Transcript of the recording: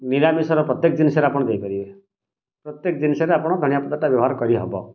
ନିରାମିଷର ପ୍ରତ୍ୟେକ ଜିନିଷରେ ଆପଣ ଦେଇପାରିବେ ପ୍ରତ୍ୟେକ ଜିନିଷରେ ଆପଣ ଧନିଆପତ୍ରଟା ବ୍ୟବହାର କରିହେବ